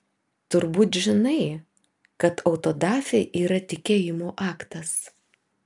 turbūt žinai kad autodafė yra tikėjimo aktas